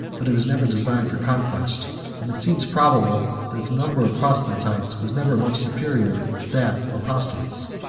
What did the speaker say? but it was never designed for conquest and it seems probable that the number of proselytes was never much superior to that of apostates.